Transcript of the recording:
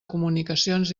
comunicacions